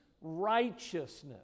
righteousness